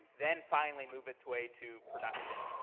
then finally move its way to production.